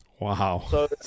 wow